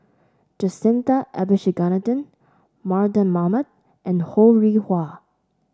Jacintha Abisheganaden Mardan Mamat and Ho Rih Hwa